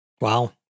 Wow